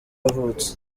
yavutse